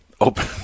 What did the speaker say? open